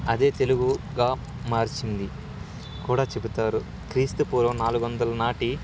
అదే తెలుగుగా మారిందని కూడా చెబుతారు క్రీస్తుపూర్వం నాలుగు వందల నాటి